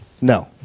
No